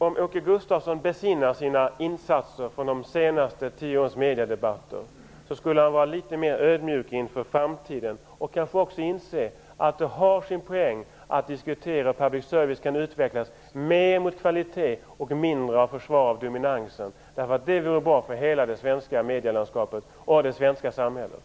Om Åke Gustavsson besinnar vilka insatser han gjort i de senaste tio årens mediedebatter skulle han vara litet mer ödmjuk inför framtiden och kanske också inse att det har sin poäng att diskutera hur public service kan utvecklas mer mot kvalitet och mindre mot försvar av dominansen. Det vore bra för hela det svenska medielandskapet och det svenska samhället.